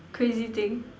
crazy thing